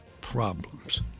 problems